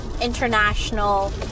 international